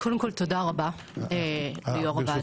קודם כל תודה ליו"ר הוועדה